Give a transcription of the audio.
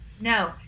No